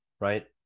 right